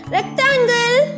Rectangle